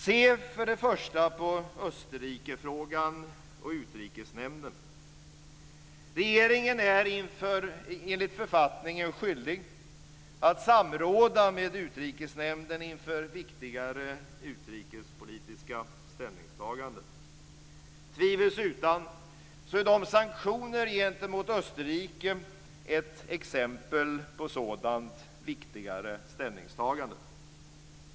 Se för det första på Österrikefrågan och Utrikesnämnden. Regeringen är enligt författningen skyldig att samråda med Utrikesnämnden inför viktigare utrikespolitiska ställningstaganden. Tvivelsutan är sanktionerna gentemot Österrike ett exempel på sådant viktigare ställningstagande.